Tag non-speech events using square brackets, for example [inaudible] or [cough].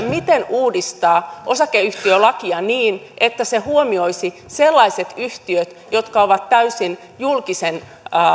[unintelligible] miten uudistaa osakeyhtiölakia niin että se huomioisi sellaiset yhtiöt jotka ovat täysin julkisen